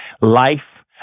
life